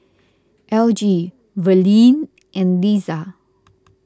Elgie Verlene and Liza